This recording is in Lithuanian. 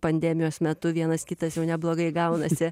pandemijos metu vienas kitas jau neblogai gaunasi